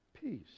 peace